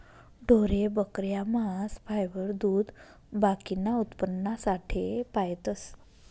ढोरे, बकऱ्या, मांस, फायबर, दूध बाकीना उत्पन्नासाठे पायतस